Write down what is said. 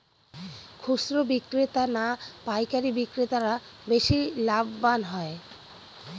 খুচরো বিক্রেতা না পাইকারী বিক্রেতারা বেশি লাভবান হয়?